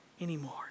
anymore